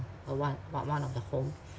uh one one one of the home